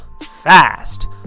fast